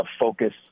focus